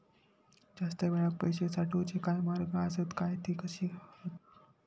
जास्त वेळाक पैशे साठवूचे काय मार्ग आसत काय ते कसे हत?